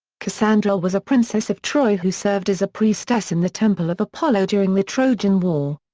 cassandra was a princess of troy who served as a priestess in the temple of apollo during the trojan war.